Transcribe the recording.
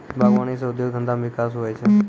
बागवानी से उद्योग धंधा मे बिकास हुवै छै